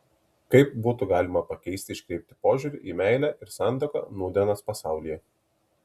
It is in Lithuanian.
kaip būtų galima pakeisti iškreiptą požiūrį į meilę ir santuoką nūdienos pasaulyje